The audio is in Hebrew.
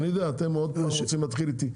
אני יודע, אתם רוצים להתחיל איתי.